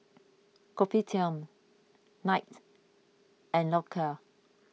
Kopitiam Knight and Loacker